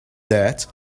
that